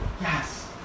yes